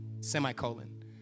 semicolon